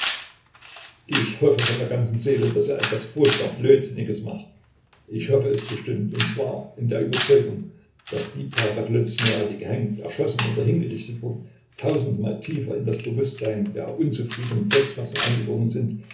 ich hoffe von ganzer seele daß er etwas furchtbar blödsinniges macht ich hoffe es bestimmt und zwar in der überzeugung daß die paar revolutionäre die gehängt erschossen oder hingerichtet wurden tausendmal tiefer in das bewußtsein der unzufriedenen volksmassen eingedrungen sind